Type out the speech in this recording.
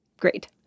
great